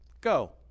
go